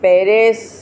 Paris